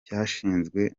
cyashinzwe